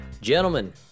Gentlemen